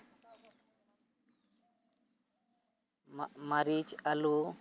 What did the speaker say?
ᱢᱟᱹᱨᱤᱪ ᱟᱹᱞᱩ